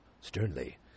sternly